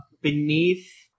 beneath